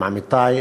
גם עמיתי,